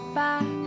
back